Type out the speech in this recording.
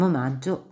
maggio